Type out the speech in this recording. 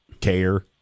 care